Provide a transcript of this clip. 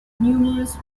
numerous